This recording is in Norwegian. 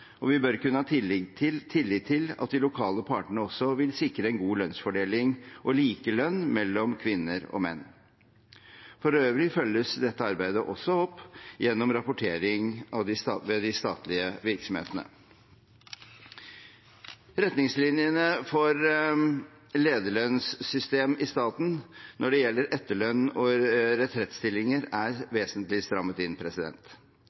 og vi bør kunne ha tillit til at de lokale partene også vil sikre en god lønnsfordeling og likelønn mellom kvinner og menn. For øvrig følges dette arbeidet også opp gjennom rapportering ved de statlige virksomhetene. Retningslinjene for lederlønnssystem i staten når det gjelder etterlønn og retrettstillinger, er vesentlig strammet inn.